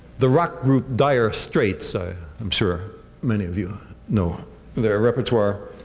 the rock group dire straits, i am sure many of you know their repertoire,